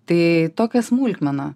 tai tokia smulkmena